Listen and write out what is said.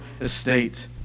estate